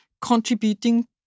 contributing